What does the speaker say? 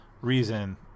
reason